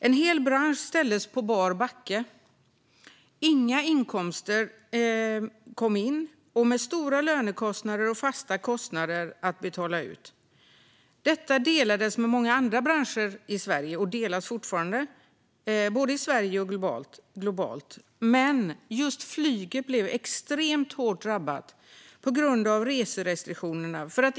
En hel bransch ställdes på bar backe med inga inkomster in och stora lönekostnader och fasta kostnader att betala ut. Detta delades med många andra branscher i Sverige och delas fortfarande både i Sverige och globalt, men just flyget blev extremt hårt drabbat på grund av reserestriktionerna.